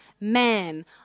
man